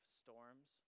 storms